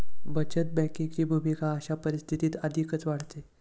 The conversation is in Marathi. बचत बँकेची भूमिका अशा परिस्थितीत अधिकच वाढते